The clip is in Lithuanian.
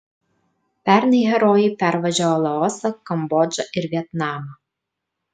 pernai herojai pervažiavo laosą kambodžą ir vietnamą